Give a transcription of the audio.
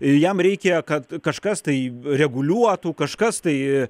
ir jam reikėjo kad kažkas tai reguliuotų kažkas tai